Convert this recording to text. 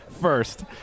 first